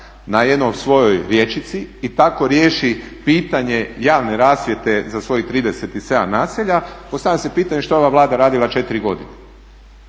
na jednoj svojoj rječici i tako riješi pitanje javne rasvjete za svojih 37 naselja, postavljam si pitanje što je ova Vlada radila 4 godine.